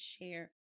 share